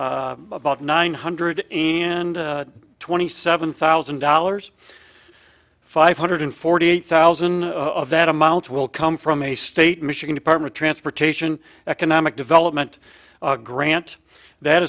about nine hundred and twenty seven thousand dollars five hundred forty eight thousand of that amount will come from a state michigan department transportation economic development grant that